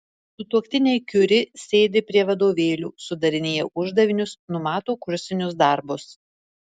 sutuoktiniai kiuri sėdi prie vadovėlių sudarinėja uždavinius numato kursinius darbus